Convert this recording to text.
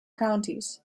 counties